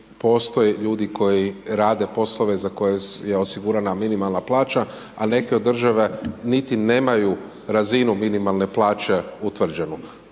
postoje ljudi koji rade poslove za koje je osigurana minimalna plaća, a neke od države, niti nemaju razinu minimalne plaće utvrđenu.